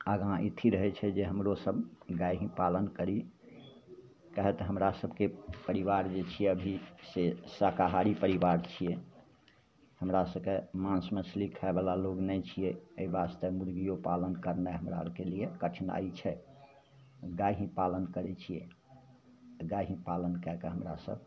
आगाँ अथी रहै छै जे हमरोसभ गाइके पालन करी काहे तऽ हमरा सभके परिवार जे छिए अभी से शाकाहारी परिवार छिए हमरा सभके माँस मछली खाइवला लोक नहि छिए एहि वास्ते मुर्गिओ पालन करनाइ हमरा आओरके लिए कठिनाइ छै गाइके पालन करै छिए तऽ गाइके पालन कै के हमरासभ